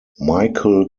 michael